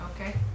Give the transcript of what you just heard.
Okay